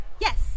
Yes